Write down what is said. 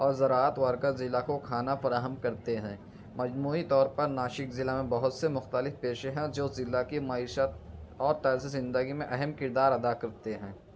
اور زراعت ورکر ضلع کو کھانا فراہم کرتے ہیں مجموعی طور پر ناسک ضلع میں بہت سے مختلف پیشے ہیں جو ضلع کی معیشت اور طرز زندگی میں اہم کردار ادا کرتے ہیں